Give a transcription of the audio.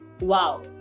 Wow